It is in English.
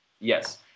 Yes